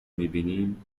میبینیم